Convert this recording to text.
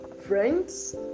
Friends